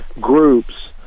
groups